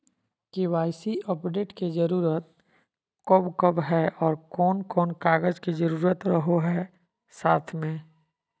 KYC update के जरूरत कब कब है और कौन कौन कागज के जरूरत रहो है साथ में?